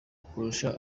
kurusha